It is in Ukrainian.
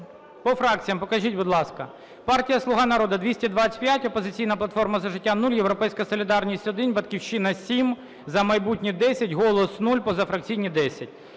По фракціям покажіть, будь ласка. Партія "Слуга народу" – 225, "Опозиційна платформа – За життя" - 0, "Європейська солідарність" - 1, "Батьківщина" – 7, "За майбутнє" - 10, "Голос" - 0, позафракційні – 10.